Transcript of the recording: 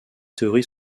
théories